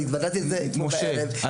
אני התוודעתי לזה אתמול בערב --- משה,